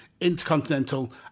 Intercontinental